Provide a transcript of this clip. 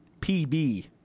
PB